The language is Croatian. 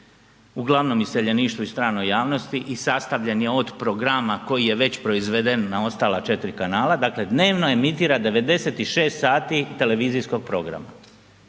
uglavnom iseljeništvu i stranoj javnosti i sastavljen je od programa koji je već proizveden na ostala 4 kanala, dakle dnevno emitira 96 sati televizijskog programa,